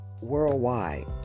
worldwide